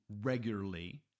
regularly